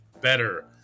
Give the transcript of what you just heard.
Better